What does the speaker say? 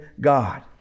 God